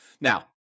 Now